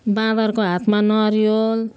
बाँदरको हातमा नरिवल